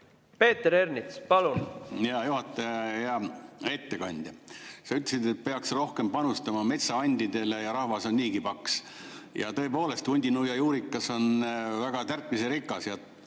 Peeter Ernits, palun! Hea juhataja! Hea ettekandja! Sa ütlesid, et peaks rohkem panustama metsaandidele ja et rahvas on niigi paks. Tõepoolest, hundinuia juurikas on väga tärkliserikas